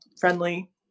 friendly